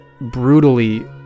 brutally